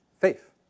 faith